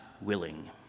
willing